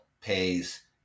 pays